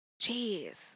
Jeez